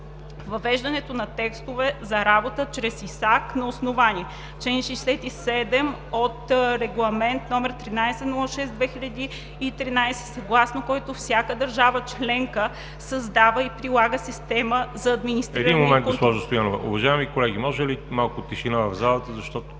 Въвеждането на текстове за работа през ИСАК, на основание: - чл. 67 от Регламент № 1306/2013, съгласно който всяка държава членка създава и прилага система за администриране… ПРЕДСЕДАТЕЛ ВАЛЕРИ ЖАБЛЯНОВ: Един момент, госпожо Стоянова. Уважаеми колеги, може ли малко тишина в залата, защото